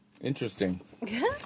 interesting